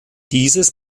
dieses